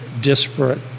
disparate